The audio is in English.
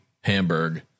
Hamburg